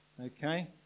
Okay